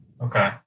Okay